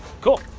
Cool